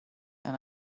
and